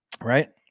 Right